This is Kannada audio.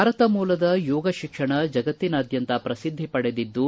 ಭಾರತ ಮೂಲದ ಯೋಗತಿಕ್ಷಣ ಜಗತ್ತಿನಾದ್ಯಂತ ಪ್ರಸಿದ್ದಿ ಪಡೆದಿದ್ದು